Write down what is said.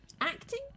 Acting